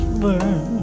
burn